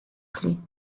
plaît